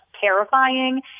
terrifying